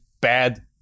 bad